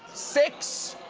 six?